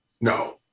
No